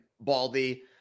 Baldy